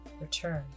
return